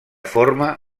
forma